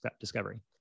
discovery